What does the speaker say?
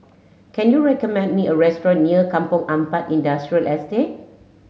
can you recommend me a restaurant near Kampong Ampat Industrial Estate